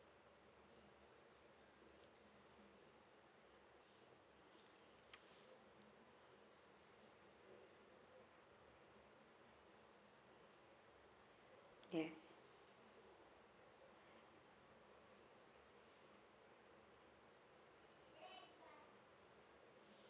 ya